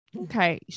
Okay